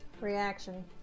Reaction